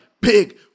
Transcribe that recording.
big